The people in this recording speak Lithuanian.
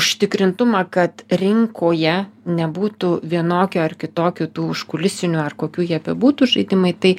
užtikrintumą kad rinkoje nebūtų vienokių ar kitokių tų užkulisinių ar kokių jie bebūtų žaidimai tai